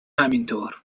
همینطور